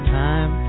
time